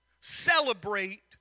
celebrate